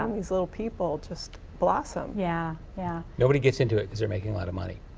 um these little people just blossom. yeah, yeah. nobody gets into it because they're making a lot of money.